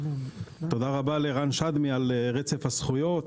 תודה רבה לרן שדמי על רצף הזכויות,